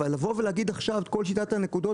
להגיד עכשיו שחוששים מכל שיטת הנקודות?